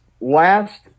last